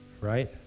right